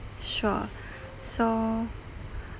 sure so